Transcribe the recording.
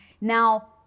Now